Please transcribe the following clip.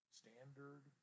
standard